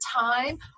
time